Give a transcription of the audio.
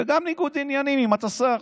וגם ניגוד עניינים, אם אתה שר.